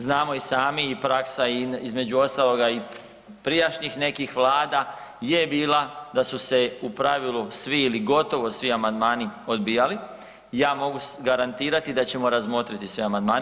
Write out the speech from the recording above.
Znamo i sami i praksa između ostaloga i prijašnjih nekih vlada je bila da su se u pravilu svi ili gotovo svi amandmani odbijali, ja mogu garantirati da ćemo razmotriti sve amandmane.